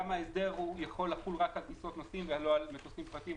למה ההסדר יכול לחול רק על טיסות נוסעים ולא על מטוסים פרטיים.